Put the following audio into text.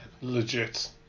Legit